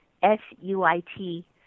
S-U-I-T